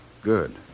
Good